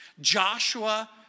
Joshua